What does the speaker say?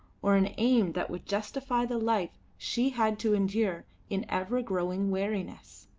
or an aim that would justify the life she had to endure in ever-growing weariness.